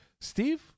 steve